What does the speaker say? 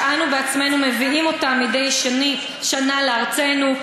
שאנו בעצמנו מביאים אותם מדי שנה לארצנו.